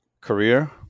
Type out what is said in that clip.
Career